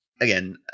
Again